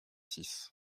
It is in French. six